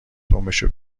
دمبشو